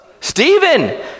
Stephen